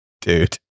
dude